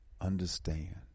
understand